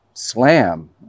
Slam